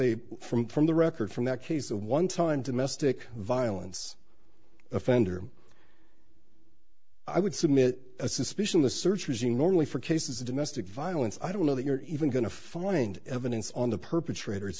a from from the record from that case a one time domestic violence offender i would submit a suspicion the search using normally for cases of domestic violence i don't know that you're even going to find evidence on the perpetrator